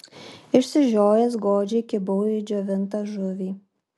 išsižiojęs godžiai kibau į džiovintą žuvį